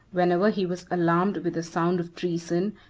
whenever he was alarmed with the sound of treason,